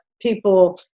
people